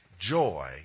joy